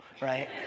right